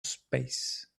space